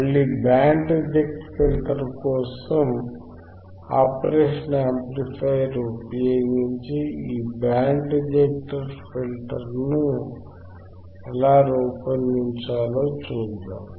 మళ్ళీ band reject filter కోసం operation amplifier ఉపయోగించి ఈ బ్యాండ్ రిజెక్ట్ ఫిల్టర్ను ఎలా రూపొందించాలో చూద్దాం